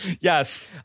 Yes